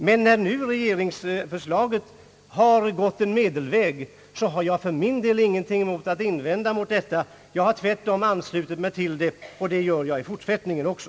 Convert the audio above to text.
Men när nu regeringsförslaget innebär att regeringen har gått en medelväg, har jag för min del ingenting att invända mot detta. Jag har tvärtom anslutit mig till detta förslag — och det gör jag i fortsättningen också.